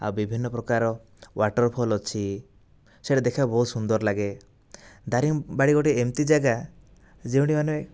ଆଉ ବିଭିନ୍ନ ପ୍ରକାର ୱାଟର ଫଲ ଅଛି ସେ'ଟା ଦେଖିବାକୁ ବହୁତ ସୁନ୍ଦର ଲାଗେ ଦାରିଙ୍ଗବାଡ଼ି ଗୋଟେ ଏମିତି ଜାଗା ଯେଉଁଠି ମାନେ